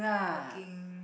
working